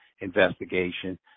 investigation